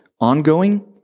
ongoing